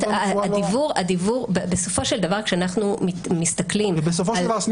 בסופו של דבר כשאנחנו מסתכלים --- אני